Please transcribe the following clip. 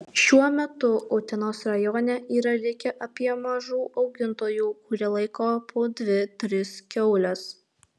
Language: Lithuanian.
šiuo metu utenos rajone yra likę apie mažų augintojų kurie laiko po dvi tris kiaules